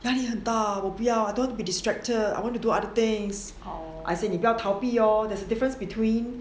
压力很大我不要 I don't want be distracted I want to do other things I say 你不要逃避哦 there's a difference between